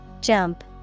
Jump